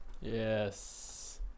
Yes